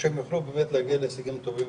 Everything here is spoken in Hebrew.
שהם יוכלו באמת להגיע להישגים טובים,